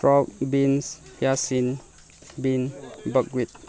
broad beans bin ꯕꯒꯋꯤꯗ